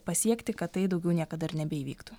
pasiekti kad tai daugiau niekada ir nebeįvyktų